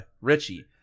Richie